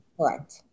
Correct